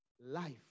life